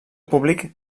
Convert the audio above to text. públic